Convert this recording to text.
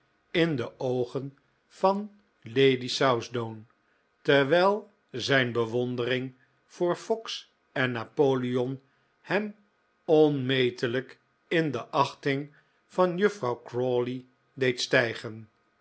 in de oogen van lady southdown terwijl zijn bewondering voor fox en napoleon hem onmetelijk in de achting van juffrouw crawley deed stijgen